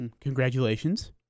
Congratulations